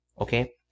okay